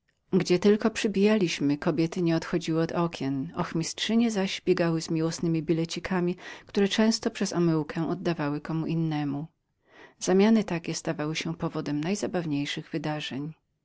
gdzie tylko przybijaliśmy kobiety nie odchodziły od okien ochmistrzynie zaś biegały z miłosnemi bilecikami które często przez omyłkę oddawały komu innemu zamiany takowe stawały się powodem najzabawniejszych wydarzeń